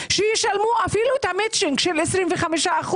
ישלמו את המצ'ינג של 25%,